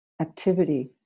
activity